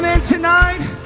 Tonight